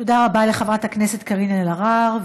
תודה רבה לחברת הכנסת קארין אלהרר.